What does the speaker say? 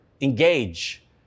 engage